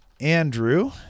Andrew